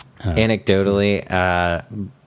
Anecdotally